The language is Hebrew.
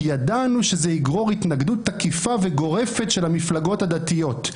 כי ידענו שזה יגרור התנגדות תקיפה וגורפת של המפלגות הדתיות.